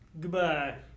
Goodbye